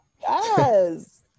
yes